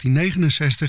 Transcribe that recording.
1969